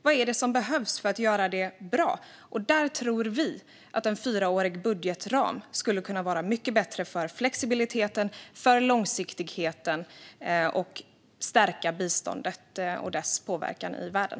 Vad är det som behövs för att göra det bra? Vi tror att en fyraårig budgetram skulle kunna vara mycket bättre för flexibiliteten och långsiktigheten och stärka biståndet och dess påverkan i världen.